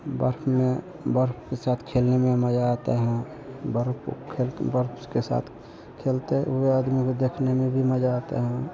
बर्फ में बर्फ के साथ खेलने में मज़ा आता है बर्फ बर्फ के साथ खेलते हुए आदमी को देखने में भी मज़ा आता है